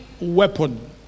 weapon